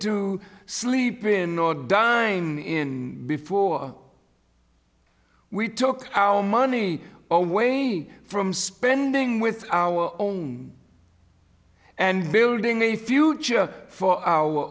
to sleep in or dine in before we took our money away now from spending with our own and building a future for our